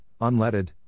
unleaded